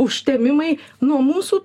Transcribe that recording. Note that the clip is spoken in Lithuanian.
užtemimai nuo mūsų